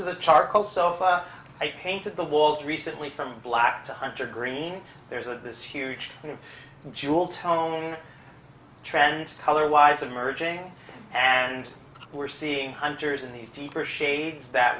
is a charcoal so i painted the walls recently from black to hunter green there's a this huge you know jewel tone trend color wise emerging and we're seeing hunters in these deeper shades that